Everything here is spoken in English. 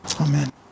Amen